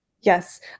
Yes